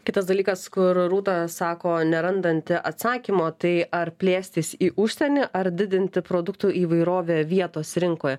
kitas dalykas kur rūta sako nerandanti atsakymo tai ar plėstis į užsienį ar didinti produktų įvairovę vietos rinkoje